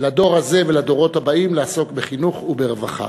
לדור הזה ולדורות הבאים לעסוק בחינוך וברווחה,